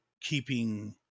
keeping